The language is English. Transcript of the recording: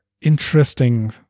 interesting